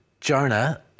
Jonah